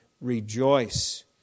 rejoice